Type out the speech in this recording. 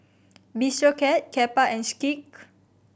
Bistro Cat Kappa and Schick